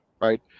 right